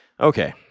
Okay